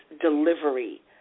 delivery